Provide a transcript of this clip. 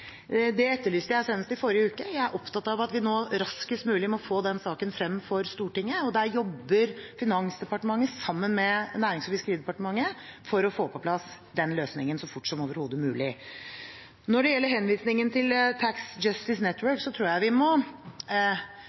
forrige uke. Jeg er opptatt av at vi raskest mulig må få den saken frem for Stortinget, og der jobber Finansdepartementet sammen med Nærings- og fiskeridepartementet for å få på plass den løsningen så fort som overhodet mulig. Når det gjelder henvisningen til Tax Justice Network, tror jeg vi må